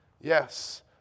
Yes